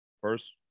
First